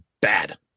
bad